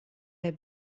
der